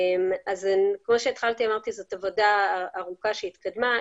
כמו שהתחלתי ואמרתי, זאת עבודה ארוכה שהתקדמה.